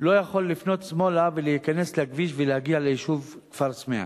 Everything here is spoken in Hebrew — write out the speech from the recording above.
לא יכול לפנות שמאלה ולהיכנס לכביש ולהגיע ליישוב כפר-סמיע,